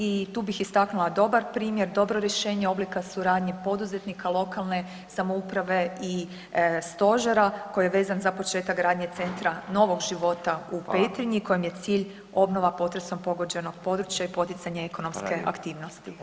I tu bih istaknula dobar primjer, dobro rješenje oblika suradnje poduzetnika lokalne samouprave i stožera koji je vezan za početak gradnje Centra novog života u Petrinji kojem je cilj obnova potresom pogođenog područja i poticanja ekonomske aktivnosti.